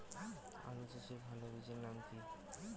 আলু চাষের ভালো বীজের নাম কি?